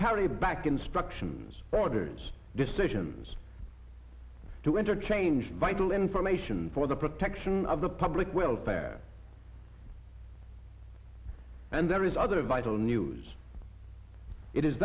carry back instructions orders decisions to interchange vital information for the protection of the public welfare and there is other vital news it is